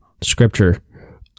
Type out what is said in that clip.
scripture